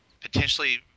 potentially